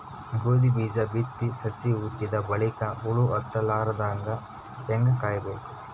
ಗೋಧಿ ಬೀಜ ಬಿತ್ತಿ ಸಸಿ ಹುಟ್ಟಿದ ಬಲಿಕ ಹುಳ ಹತ್ತಲಾರದಂಗ ಹೇಂಗ ಕಾಯಬೇಕು?